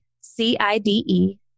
C-I-D-E